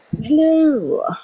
Hello